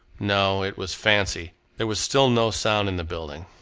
no, it was fancy! there was still no sound in the building.